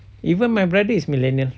even my brother is millennial